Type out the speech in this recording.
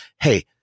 Hey